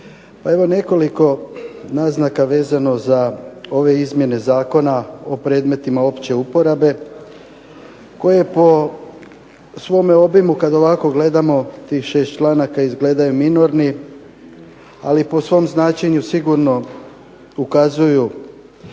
Evo nekoliko naznaka vezano za ove izmjene Zakona o predmetima opće uporabe koje po svome obimu kada ovako gledamo tih 6 članaka izgledaju minorni ali po svom značenju sigurno ukazuju